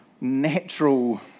natural